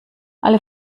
alle